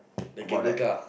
the cable car